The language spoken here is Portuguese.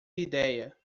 ideia